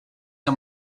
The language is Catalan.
que